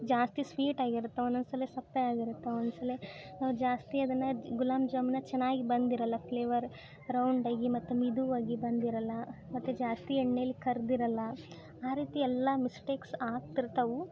ಜಾಸ್ತಿ ಸ್ವೀಟ್ ಆಗಿರ್ತವೆ ಒಂದೊಂದ್ಸಲ ಸಪ್ಪೆ ಆಗಿರ್ತವೆ ಒಂದು ಸಲ ನಾವು ಜಾಸ್ತಿ ಅದನ್ನು ಗುಲಾಬ್ ಜಾಮೂನು ಚೆನ್ನಾಗಿ ಬಂದಿರಲ್ಲ ಫ್ಲೇವರ್ ರೌಂಡಾಗಿ ಮತ್ತು ಮಿದುವಾಗಿ ಬಂದಿರಲ್ಲ ಮತ್ತು ಜಾಸ್ತಿ ಎಣ್ಣೆಲಿ ಕರಿದಿರಲ್ಲ ಆ ರೀತಿ ಎಲ್ಲ ಮಿಸ್ಟೇಕ್ಸ್ ಆಗ್ತಿರ್ತವೆ